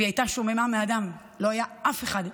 והיא הייתה שוממה מאדם, לא היה אף אחד.